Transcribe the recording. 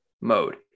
mode